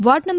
ward નં